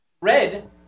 Red